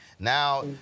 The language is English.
Now